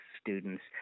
students